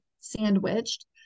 sandwiched